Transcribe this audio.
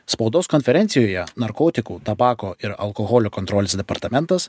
spaudos konferencijoje narkotikų tabako ir alkoholio kontrolės departamentas